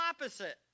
opposite